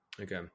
Okay